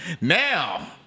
Now